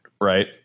right